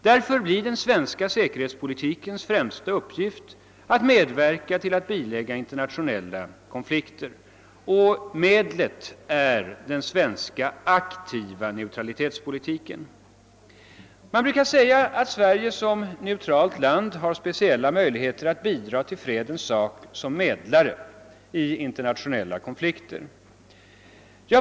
Därför blir den svenska säkerhetspolitikens främsta uppgift att medverka till att bilägga internationella konflikter, och medlet är den svenska aktiva neutralitetspolitiken. Man brukar säga att Sverige som neutralt land har speciella möjligheter att bidra till fredens sak som medlare i internationella konflikter.